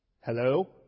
Hello